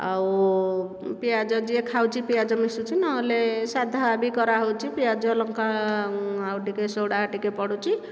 ଆଉ ପିଆଜ ଯିଏ ଖାଉଛି ପିଆଜ ମିଶୁଛି ନହେଲେ ସାଧା ବି କରାହଉଛି ପିଆଜ ଲଙ୍କା ଆଉ ଟିକେ ସୋଢ଼ା ଟିକେ ପଡ଼ୁଛି